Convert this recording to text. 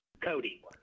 Cody